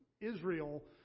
Israel